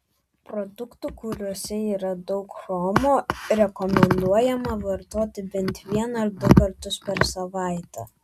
produktų kuriuose yra daug chromo rekomenduojama vartoti bent vieną ar du kartus per savaitę